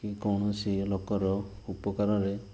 କି କୌଣସି ଲୋକର ଉପକାରରେ